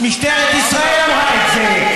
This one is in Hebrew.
משטרת ישראל אמרה את זה.